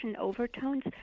overtones